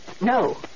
No